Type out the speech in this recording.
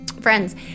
Friends